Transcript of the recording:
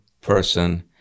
person